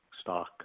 stock